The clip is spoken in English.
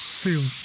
field